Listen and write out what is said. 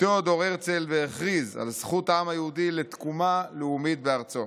תיאודור הרצל והכריז על זכות העם היהודי לתקומה לאומית בארצו.